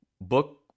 book